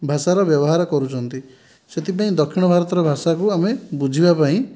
ଭାଷାର ବ୍ୟବହାର କରୁଛନ୍ତି ସେଥିପାଇଁ ଦକ୍ଷିଣ ଭାରତର ଭାଷାକୁ ଆମେ ବୁଝିବା ପାଇଁ